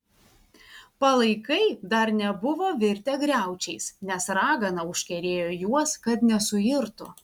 palaikai dar nebuvo virtę griaučiais nes ragana užkerėjo juos kad nesuirtų